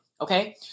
Okay